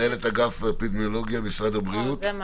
תודה רבה.